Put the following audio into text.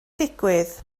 digwydd